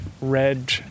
red